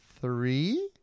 three